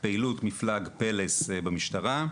פעילות מפלג פלס במשטרה,